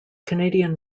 canadian